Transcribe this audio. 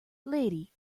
lady